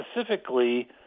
specifically